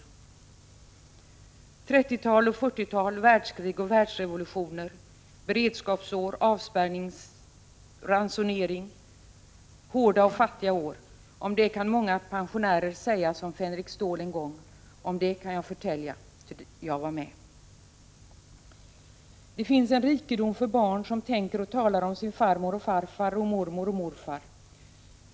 Om 30 och 40-talet, världskrig och världsrevolutioner, beredskapsår, avspänning, ransonering, hårda och fattiga år kan många pensionärer säga som Fänrik Stål en gång: ”Jo, därom kan jag ge besked” —-- ”ty jag var med.” Det finns en rikedom för barn som tänker och talar om sin farmor och farfar, mormor och morfar.